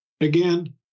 Again